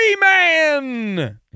Man